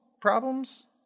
problems